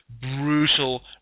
brutal